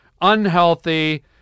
unhealthy